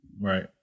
right